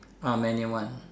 uh manual one